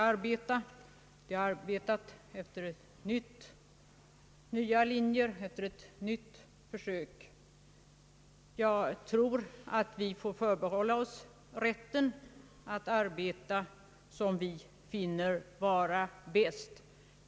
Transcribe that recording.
Utskottet har gjort ett försök att arbeta efter nya linjer, och jag tror att vi får förbehålla oss rätten att arbeta som vi finner vara bäst.